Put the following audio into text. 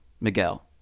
Miguel